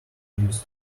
used